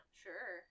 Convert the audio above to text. sure